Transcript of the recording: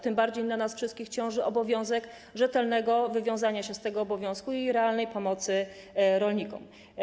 Tym bardziej na nas wszystkich ciąży obowiązek rzetelnego wywiązania się z tego obowiązku i realnej pomocy rolnikom.